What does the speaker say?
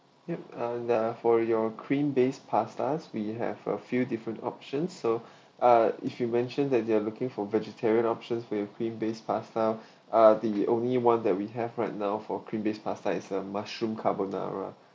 yup uh the for your cream based pastas we have a few different option so ah if you mentioned that you are looking for vegetarian options with cream based pasta ah the only one that we have right now for cream based pasta is a mushroom carbonara